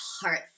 heart